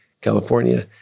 California